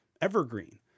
evergreen